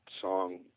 song